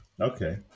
Okay